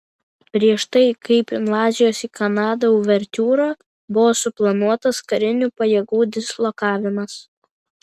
prieš tai kaip invazijos į kanadą uvertiūra buvo suplanuotas karinių pajėgų dislokavimas